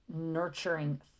nurturing